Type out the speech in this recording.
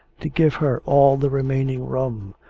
to give her all the remaining rum,